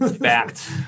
Fact